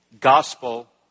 gospel